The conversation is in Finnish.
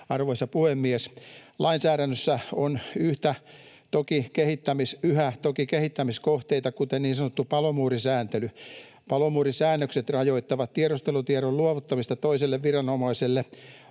Arvoisa puhemies! Lainsäädännössä on yhä toki kehittämiskohteita, kuten niin sanottu palomuurisääntely. Palomuurisäännökset rajoittavat tiedustelutiedon luovuttamista toiselle viranomaiselle